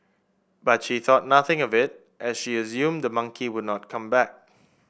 but she thought nothing of it as she assumed the monkey would not come back